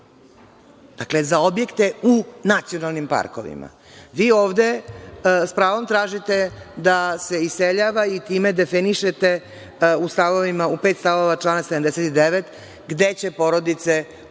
Dakle, za objekte u nacionalnim parkovima. Vi ovde sa pravom tražite da se iseljava i time definišete u pet stavova u članu 79. gde će porodice u